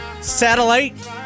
Satellite